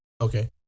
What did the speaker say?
Okay